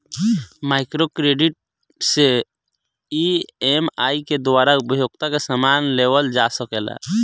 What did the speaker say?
micro credit से EMI के द्वारा उपभोग के समान लेवल जा सकेला